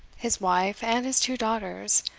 his wife and his two daughters,